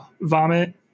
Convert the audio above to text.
vomit